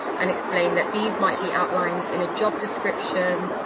and explain that these might be outlined in a job description,